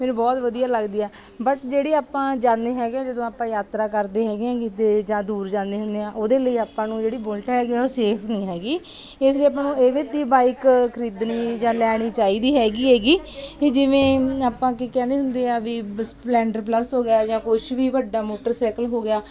ਮੈਨੂੰ ਬਹੁਤ ਵਧੀਆ ਲੱਗਦੀ ਆ ਬਟ ਜਿਹੜੀ ਆਪਾਂ ਜਾਂਦੇ ਹੈਗੇ ਜਦੋਂ ਆਪਾਂ ਯਾਤਰਾ ਕਰਦੇ ਹੈਗੇ ਐਗੇ ਕਿਤੇ ਜਾਂ ਦੂਰ ਜਾਂਦੇ ਹੈਗੇ ਆ ਉਹਦੇ ਲਈ ਆਪਾਂ ਨੂੰ ਜਿਹੜੀ ਬੁਲੇਟ ਹੈਗੀ ਹੈ ਉਹ ਸੇਫ ਨਹੀ ਹੈਗੀ ਇਸ ਲਈ ਆਪਾਂ ਨੂੰ ਇਹਦੇ 'ਤੇ ਬਾਈਕ ਖਰੀਦਣੀ ਜਾਂ ਲੈਣੀ ਚਾਹੀਦੀ ਹੈਗੀ ਐਗੀ ਅਤੇ ਜਿਵੇਂ ਆਪਾਂ ਕੀ ਕਹਿੰਦੇ ਹੁੰਦੇ ਆ ਵੀ ਬ ਸਪਲੈਂਡਰ ਪਲੱਸ ਹੋ ਗਿਆ ਜਾਂ ਕੁਛ ਵੀ ਵੱਡਾ ਮੋਟਰਸਾਈਕਲ ਹੋ ਗਿਆ